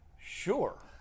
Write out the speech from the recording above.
Sure